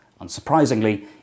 Unsurprisingly